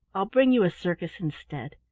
i'll bring you a circus instead.